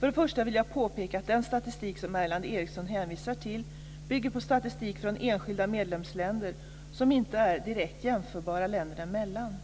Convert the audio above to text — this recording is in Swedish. Först och främst vill jag påpeka att den statistik som Eskil Erlandsson hänvisar till bygger på statistik från enskilda medlemsländer som inte är direkt jämförbar länderna emellan.